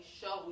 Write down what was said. show